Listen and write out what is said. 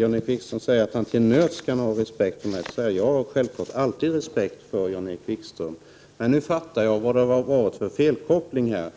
Jan-Erik Wikström säger att han till nöds kan ha respekt för mig. Jag har självfallet alltid respekt för Jan-Erik Wikström. Men nu förstår jag vad det var för felkoppling här.